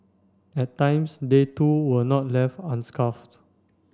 at times they too were not left